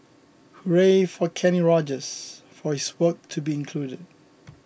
hooray for Kenny Rogers for his work to be included